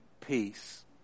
peace